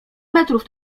metrów